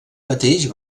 mateix